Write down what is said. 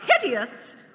hideous